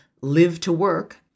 live-to-work